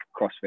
crossfit